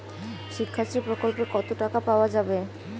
শিক্ষাশ্রী প্রকল্পে কতো টাকা পাওয়া যাবে?